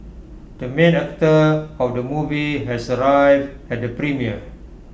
the main actor of the movie has arrived at the premiere